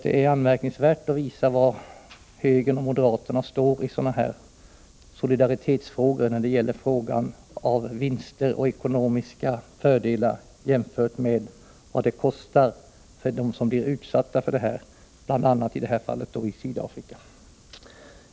Det är anmärkningsvärt och visar var moderaterna står i sådana här solidaritetsfrågor när det gäller vinster och ekonomiska fördelar jämfört med vad det kostar för dem som blir utsatta, i detta fall den svarta befolkningen i Sydafrika.